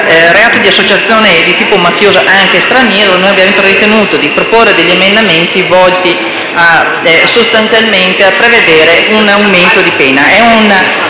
reato di associazione di tipo mafioso, anche straniera), di proporre degli emendamenti volti sostanzialmente a prevedere un aumento di pena.